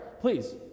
please